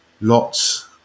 lots